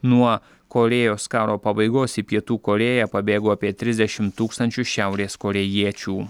nuo korėjos karo pabaigos į pietų korėją pabėgo apie trisdešim tūkstančių šiaurės korėjiečių